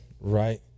Right